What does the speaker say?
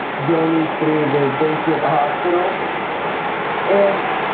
journey through the vacant hospital and